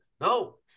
no